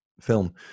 film